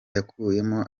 yakuyemo